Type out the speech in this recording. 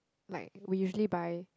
like we usually buy